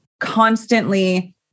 constantly